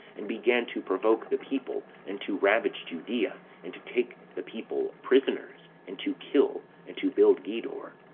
and began to provoke the people, and to ravage judea, and to take the people prisoners, and to kill, and to build gedor.